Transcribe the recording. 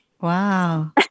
Wow